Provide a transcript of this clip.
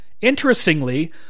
Interestingly